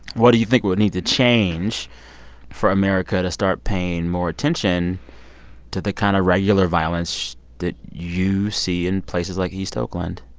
what do you think would need to change for america to start paying more attention to the kind of regular violence that you see in places like east oakland?